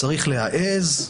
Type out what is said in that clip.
צריך להעז,